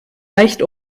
leicht